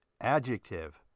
Adjective